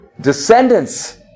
descendants